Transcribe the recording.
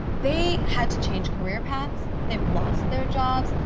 they had to change career paths, they lost their jobs,